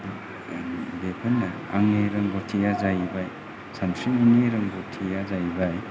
बेफोरनो आंनि रोंगथिया जाहैबाय सानस्रिनायनि रोंगौथिया जाहैबाय